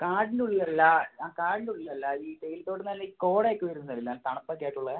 കാടിൻ്റെ ഉള്ളിൽ അല്ല ആ കാടിൻ്റെ ഉള്ളിൽ അല്ല ഈ തേയില തോട്ടം നല്ല ഈ കോട ഒക്കെ വരുന്നത് ഇല്ലേ തണുപ്പ് ഒക്കെ ആയിട്ടുള്ള